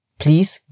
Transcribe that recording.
please